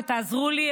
שתעזרו לי,